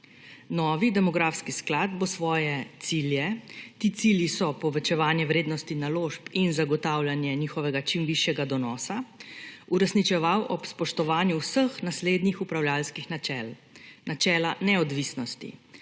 Novi demografski sklad bo svoje cilje − ti cilji so povečevanje vrednosti naložb in zagotavljanje njihovega čim višjega donosa − uresničeval ob spoštovanju vseh naslednjih upravljavskih načel: načela neodvisnosti